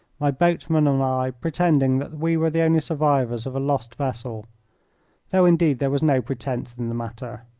my boatman and i pretending that we were the only survivors of a lost vessel though, indeed, there was no pretence in the matter.